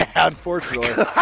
unfortunately